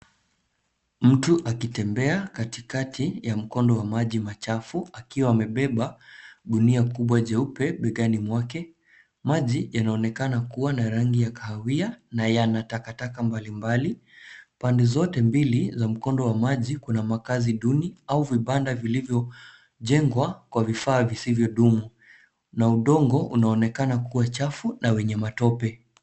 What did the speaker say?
Mtu akitembea katikati ya mkondo wa maji machafu akiwa amebeba gunia kubwa jeupe begani mwake. Maji yanaonekana kuwa na rangi ya kahawia na yana takataka mbalimbali. Pande zote mbili za mkondo wa maji kuna makazi duni au vibanda vilivyojengwa kwa vifaa visivyodumu, na udongo unaonekana kuwa chafu na wenye matope.